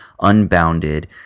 unbounded